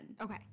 Okay